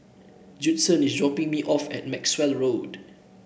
Judson is dropping me off at Maxwell Road